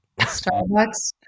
Starbucks